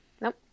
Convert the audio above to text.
Nope